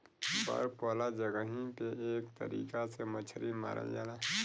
बर्फ वाला जगही पे एह तरीका से मछरी मारल जाला